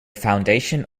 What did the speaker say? foundation